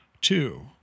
Two